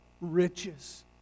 riches